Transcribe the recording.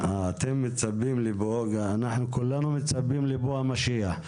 כי אנחנו כולנו מצפים לבוא המשיח.